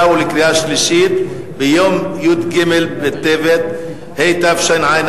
ולקריאה שלישית ביום י"ג בטבת התשע"א,